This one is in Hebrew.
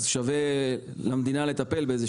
אז שווה למדינה לטפל בזה,